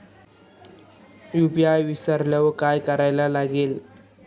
UPI विसरल्यावर काय करावे लागेल?